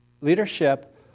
leadership